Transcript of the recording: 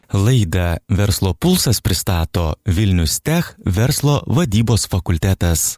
laidą verslo pulsas pristato vilnius tech verslo vadybos fakultetas